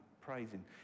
praising